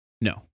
No